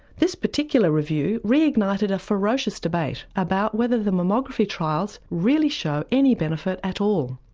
this particular review reignited a ferocious debate about whether the mammography trials really show any benefit at all.